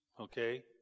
okay